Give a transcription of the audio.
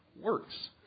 works